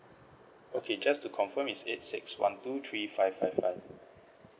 okay just to confirm it's eight six one two three five five five